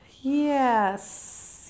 Yes